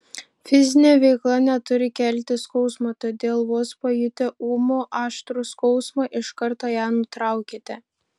fizinė veikla neturi kelti skausmo todėl vos pajutę ūmų aštrų skausmą iš karto ją nutraukite